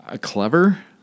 clever